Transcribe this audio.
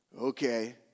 Okay